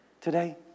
today